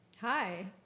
hi